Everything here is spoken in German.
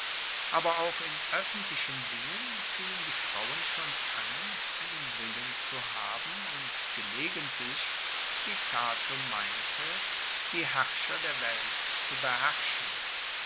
aber auch in oeffentlichen dingen fingen die frauen schon an einen willen zu haben und gelegentlich wie cato meinte die herrscher der welt zu beherrschen